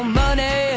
money